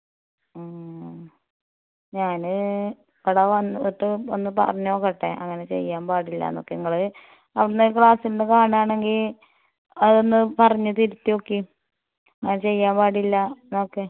ഉം ഞാൻ അവിടെ വന്നിട്ട് ഒന്ന് പറഞ്ഞ് നോക്കട്ടെ അങ്ങനെ ചെവിടുന്ന് ക്ലാസ്സിൽ നിന്ന് കാണുവാണെങ്കിൽ അതൊന്ന് പറഞ്ഞ് തിരുത്തി നോക്കിയേ അങ്ങനെ ചെയ്യാൻ പാടില്ല എന്നൊക്കെ